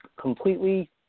completely –